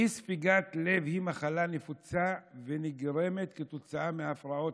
אי-ספיקת לב היא מחלה נפוצה, ונגרמת מהפרעות